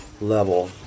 level